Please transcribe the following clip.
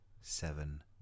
seven